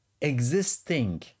existing